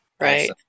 Right